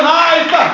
life